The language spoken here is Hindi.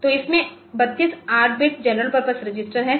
तो इसमें 32 8 बिट जनरल पर्पस रजिस्टर हैं